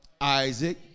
Isaac